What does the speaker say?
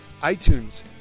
iTunes